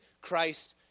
Christ